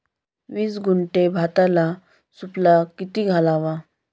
वीस गुंठे भाताला सुफला किती घालावा?